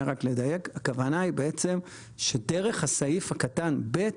הכוונה היא שדרך סעיף קטן (ב)